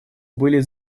были